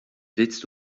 willst